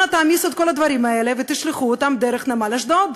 אנא תעמיסו את כל הדברים האלה ותשלחו אותם דרך נמל אשדוד.